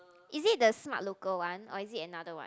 is it the smart local one or is it another one